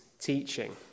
teaching